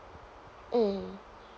mm